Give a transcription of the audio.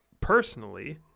personally